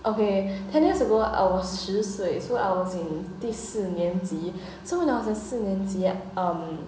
okay ten years ago I was 十岁 so I was in 第四年级 so when I was in 四年级 um